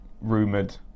rumoured